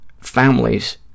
families